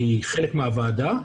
שהיא חלק מהוועדה,